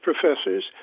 professors